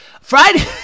Friday